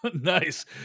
Nice